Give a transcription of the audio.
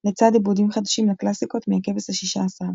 לצד עיבודים חדשים לקלאסיקות מ"הכבש השישה עשר".